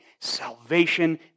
Salvation